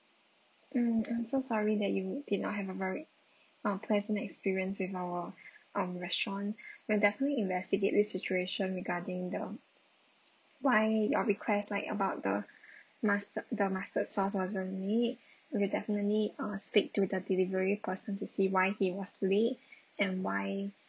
mm I'm so sorry that you did not have a very uh pleasant experience with our um restaurant we'll definitely investigate this situation regarding the why your request like about the musta~ the mustard sauce wasn't neat we'll definitely uh speak to the delivery person to see why he was late and why